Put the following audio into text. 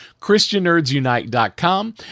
ChristianNerdsUnite.com